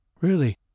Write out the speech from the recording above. Really